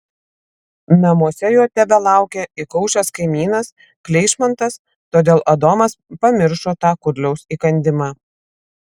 namuose jo tebelaukė įkaušęs kaimynas kleišmantas todėl adomas pamiršo tą kudliaus įkandimą